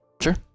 Sure